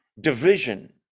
division